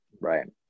right